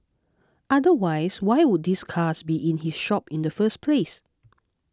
otherwise why would these cars be in his shop in the first place